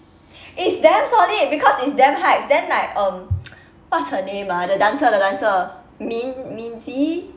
it's damn solid because it's damn hype it's damn like um what's her name ah the dancer the dancer min~ minzy